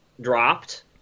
dropped